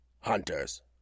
Hunters